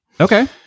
okay